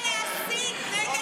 לאפשר לה לדבר.